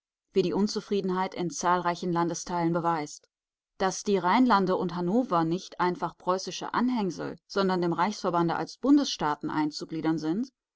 wie die unzufriedenheit in zahlreichen landesteilen beweist daß die rheinlande und hannover nicht einfach preußische anhängsel sondern dem reichsverbande als bundesstaaten einzugliedern sind